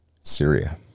Syria